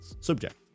subject